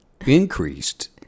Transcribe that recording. increased